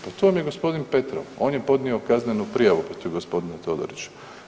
Pa to vam je gospodin Petrov, on je podnio kaznenu prijavu protiv gospodina Todorića.